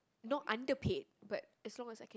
not underpaid but as long as I can